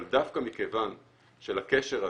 אבל דווקא מכיוון שלקשר הזה,